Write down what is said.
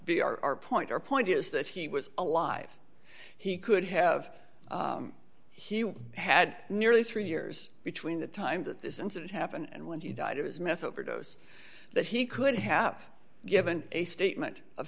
be our point our point is that he was alive he could have he had nearly three years between the time that this incident happened and when he died it was methadose that he could have given a statement